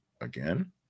Again